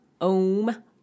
Om